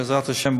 בעזרת השם,